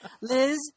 Liz